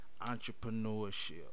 Entrepreneurship